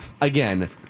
Again